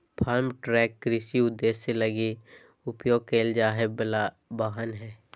farm truck कृषि उद्देश्यों लगी उपयोग कईल जाय वला वाहन हइ